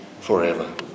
forever